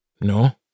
No